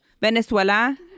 Venezuela